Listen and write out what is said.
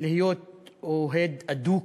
להיות אוהד אדוק,